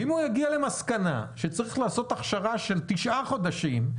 אם הוא יגיע למסקנה שצריך לעשות הכשרה של תשעה חודשים,